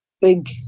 big